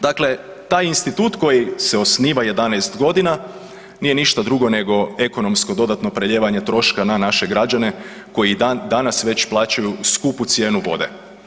Dakle, taj institut koji se osniva 11.g. nije ništa drugo nego ekonomsko dodatno preljevanje troška na naše građane koji dan danas već plaćaju skupu cijenu vode.